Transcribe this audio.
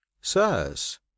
sirs